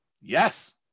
yes